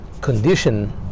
condition